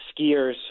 Skiers